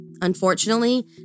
Unfortunately